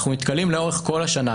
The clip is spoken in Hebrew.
אנחנו נתקלים לאורך כל השנה,